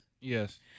Yes